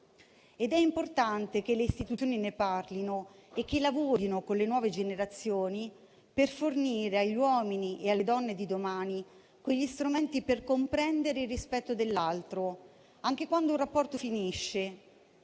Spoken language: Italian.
È importante che le istituzioni ne parlino e lavorino con le nuove generazioni per fornire agli uomini e alle donne di domani gli strumenti per comprendere il rispetto dell'altro, anche quando un rapporto finisce,